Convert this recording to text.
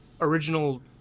original